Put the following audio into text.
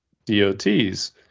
DOTs